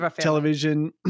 television